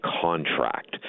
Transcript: contract